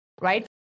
right